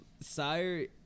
Sire